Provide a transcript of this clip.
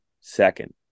second